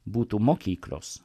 būtų mokyklos